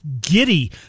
giddy